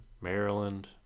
Maryland